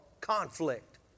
conflict